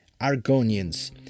Argonians